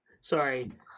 sorry